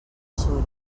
súria